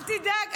אל תדאג.